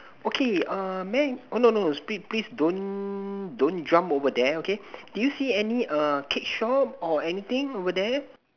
okay uh may I oh no no please please don't don't jump over there okay do you see any err cake shop or anything over there